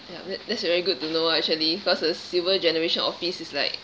ya that that's very good to know lah actually because the silver generation office is like